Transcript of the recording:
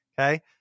Okay